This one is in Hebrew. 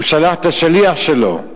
הוא שלח את השליח שלו.